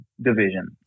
Division